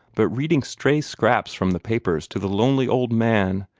but reading stray scraps from the papers to the lonely old man,